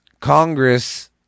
Congress